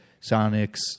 Sonics